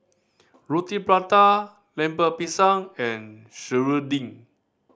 Roti Prata Lemper Pisang and serunding